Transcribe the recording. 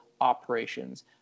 operations